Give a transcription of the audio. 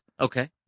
Okay